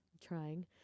trying